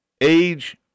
age